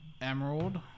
Emerald